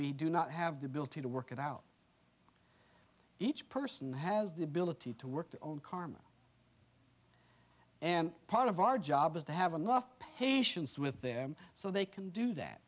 we do not have the ability to work it out each person has the ability to work their own karma and part of our job is to have enough patience with them so they can do that